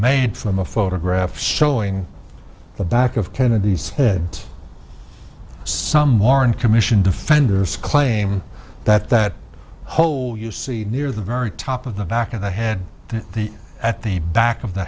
made from a photograph showing the back of kennedy's head some warren commission defenders claim that that hole you see near the very top of the back of the head the at the back of the